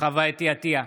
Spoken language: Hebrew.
חוה אתי עטייה,